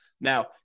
Now